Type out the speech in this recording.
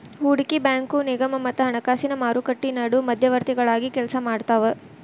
ಹೂಡಕಿ ಬ್ಯಾಂಕು ನಿಗಮ ಮತ್ತ ಹಣಕಾಸಿನ್ ಮಾರುಕಟ್ಟಿ ನಡು ಮಧ್ಯವರ್ತಿಗಳಾಗಿ ಕೆಲ್ಸಾಮಾಡ್ತಾವ